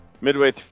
midway